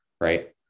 Right